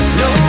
no